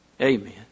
Amen